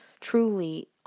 truly